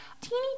teeny